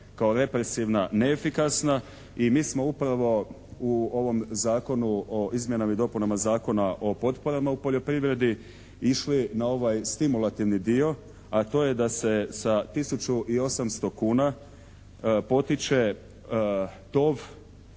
kao represivna neefikasna i mi smo upravo u ovom Zakonu o izmjenama i dopunama Zakona o potporama u poljoprivredi, išli na ovaj stimulativni dio, a to je da se sa tisuću i 800 kuna potiče tov